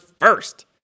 first